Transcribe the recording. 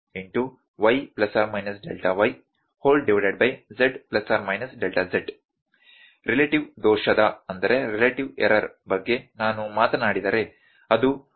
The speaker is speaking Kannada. ರಿಲೇಟಿವ್ ದೋಷದ ಬಗ್ಗೆ ನಾನು ಮಾತನಾಡಿದರೆ ಅದು ಮತ್ತೆ ರಿಲೇಟಿವ್ ದೋಷಗಳ ಮೊತ್ತವಾಗಿದೆ